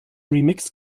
remix